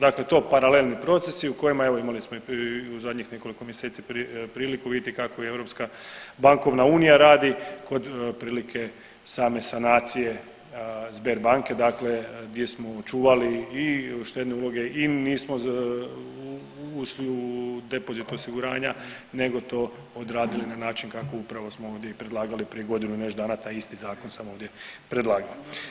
Dakle, to su paralelni procesi u kojima evo imali smo i u zadnjih nekoliko mjeseci priliku vidjeti kako i europska bankovna unija radi kod prilike same sanacije Sberbanke, dakle gdje smo očuvali i štedne uloge i nismo ušli u depozit osiguranja, nego to odradili na način kako upravo smo ovdje i predlagali pred godinu i nešto dana taj isti zakon sam ovdje predlagao.